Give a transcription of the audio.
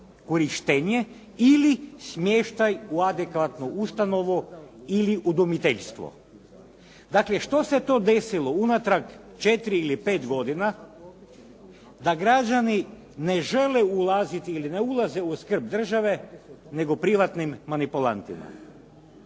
korištenje ili smještaj u adekvatnu ustanovu ili u domiteljstvo. Dakle, što se to desilo unatrag četiri ili pet godina da građani ne žele ulaziti ili ne ulaze u skrb države nego privatnim manipulantima.